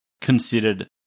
considered